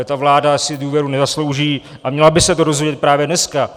Ta vláda si důvěru nezaslouží a měla by se to dozvědět právě dneska.